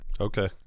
Okay